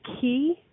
key